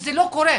שזה לא קורה.